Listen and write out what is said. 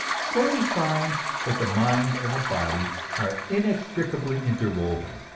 so we find that the mind and the body are inextricably interwoven,